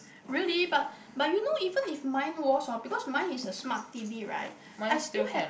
really but but you know even if mine was[hor] because mine is a smart T_V right I still have